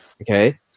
Okay